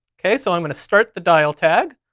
okay, so i'm gonna start the dial tag,